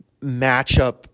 matchup